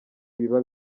ibiba